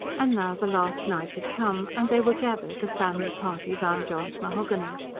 and now the last night had come and they were gathered, a family party, round john's mahogany.